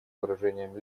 выражением